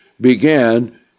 began